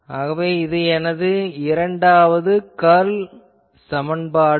ஆகவே இதுவே எனது இரண்டாவது கர்ல் சமன்பாடு ஆகும்